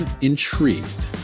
intrigued